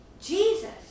Jesus